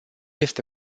este